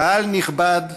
קהל נכבד,